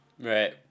Right